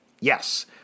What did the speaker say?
Yes